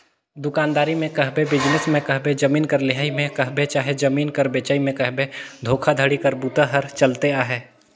दुकानदारी में कहबे, बिजनेस में कहबे, जमीन कर लेहई में कहबे चहे जमीन कर बेंचई में कहबे धोखाघड़ी कर बूता हर चलते अहे